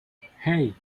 hey